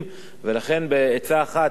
בעצה אחת עם המציעים האחרים,